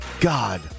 God